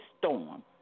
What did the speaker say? storm